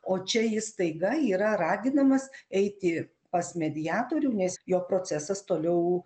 o čia jis staiga yra raginamas eiti pas mediatorių nes jo procesas toliau